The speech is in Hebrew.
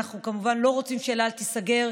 ואנחנו כמובן לא רוצים שאל על תיסגר.